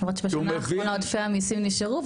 למרות שבשנה האחרונה עודפי המיסים נשארו,